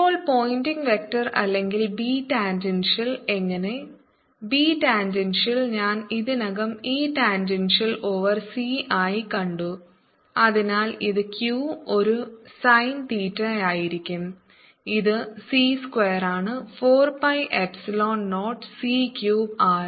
ഇപ്പോൾ pointing vector അല്ലെങ്കിൽ B tangential എങ്ങനെ B ടാൻജൻഷ്യൽ ഞാൻ ഇതിനകം E ടാൻജൻഷ്യൽ ഓവർ c ആയി കണ്ടു അതിനാൽ ഇത് q ഒരു സൈൻ തീറ്റയായിരിക്കും ഇത് c സ്ക്വയറാണ് 4 pi epsilon 0 c cube r